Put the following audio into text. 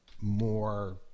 more